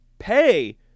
pay